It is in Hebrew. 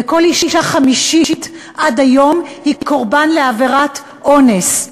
וכל אישה חמישית עד היום היא קורבן לעבירת אונס,